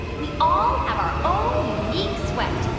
we all have our own unique sweat.